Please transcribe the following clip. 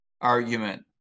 argument